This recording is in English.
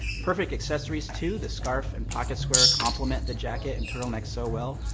perfect accessories too. the scarf and pocket square complement the jacket and turtleneck so well.